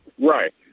Right